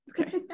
Okay